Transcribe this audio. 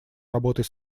работой